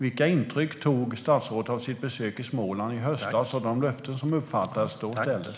Vilka intryck fick statsrådet av sitt besök i Småland i höstas när de löften som då uppfattades utställdes?